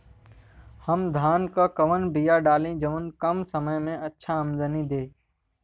हम धान क कवन बिया डाली जवन कम समय में अच्छा दरमनी दे?